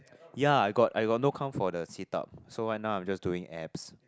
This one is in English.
yea I got I got no count for the sit up so why now I'm just doing abs